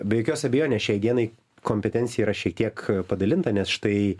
be jokios abejonės šiai dienai kompetencija yra šiek tiek padalinta nes štai